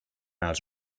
els